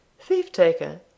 Thief-taker